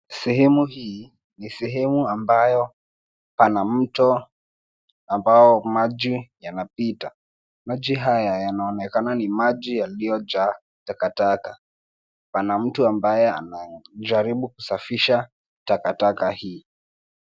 Sehemu hii ni sehemu ambayo pana mto ambayo maji yanapita. Maji haya yanaonekana ni maji yaliyojaa takataka. Pana mtu ambaye anajaribu kusafisha takataka hii.